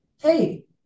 Hey